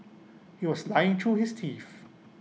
he was lying through his teeth